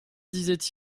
disait